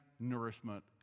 nourishment